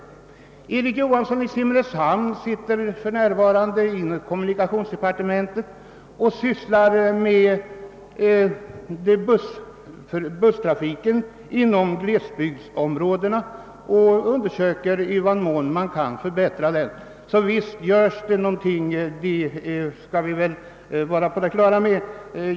Herr Johansson i Simrishamn undersöker för närvarande i kommunikationsdepartementet i vad mån man kan förbättra statsbidragen för busstrafiken inom glesbygdsområdena, så visst görs det en del åt dessa frågor.